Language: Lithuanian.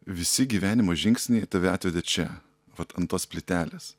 visi gyvenimo žingsniai tave atvedė čia vat ant tos plytelės